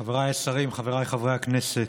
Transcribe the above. חבריי השרים, חבריי חברי הכנסת,